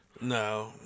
No